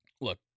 Look